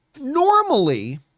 normally